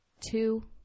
two